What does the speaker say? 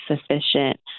sufficient